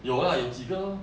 有啊有几个 lor